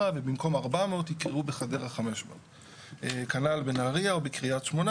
ובמקום 400 יקבעו בחדרה 500. כנ"ל בנהריה או בקרית שמונה,